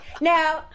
now